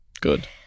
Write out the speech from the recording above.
good